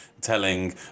telling